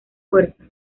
fuerza